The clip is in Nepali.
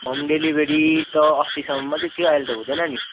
होम डेलिभरी त अस्तिसम्म मात्रै थियो अहिले त हुँदैन नि